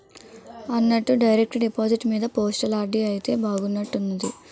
అన్నట్టు direct deposit మీద postal RD అయితే బాగున్నట్టుంది